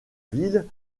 ville